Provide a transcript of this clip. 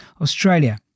Australia